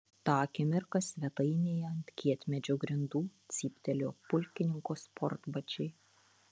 tą akimirką svetainėje ant kietmedžio grindų cyptelėjo pulkininko sportbačiai